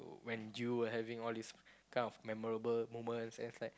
when you were having all these kind of memorable moments and is like